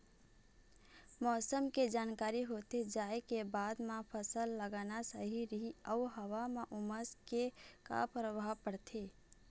मौसम के जानकारी होथे जाए के बाद मा फसल लगाना सही रही अऊ हवा मा उमस के का परभाव पड़थे?